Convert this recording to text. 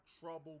trouble